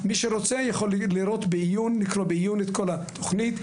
מי שרוצה יכול לקרוא בעיון את כל התוכנית,